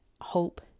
hope